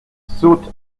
saute